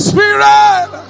Spirit